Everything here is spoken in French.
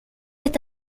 est